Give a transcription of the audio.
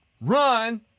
run